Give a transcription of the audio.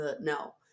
no